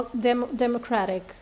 democratic